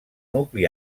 nucli